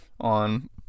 on